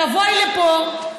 תבואי לפה,